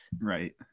right